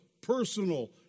personal